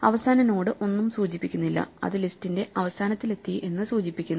അവസാന നോഡ് ഒന്നും സൂചിപ്പിക്കുന്നില്ല അത് ലിസ്റ്റിന്റെ അവസാനത്തിലെത്തി എന്ന് സൂചിപ്പിക്കുന്നു